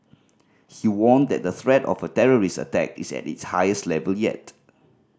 he warned that the threat of a terrorist attack is at its highest level yet